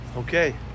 Okay